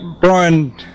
Brian